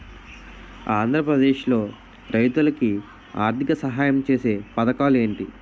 ఆంధ్రప్రదేశ్ లో రైతులు కి ఆర్థిక సాయం ఛేసే పథకాలు ఏంటి?